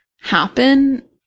happen